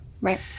Right